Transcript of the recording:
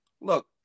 Look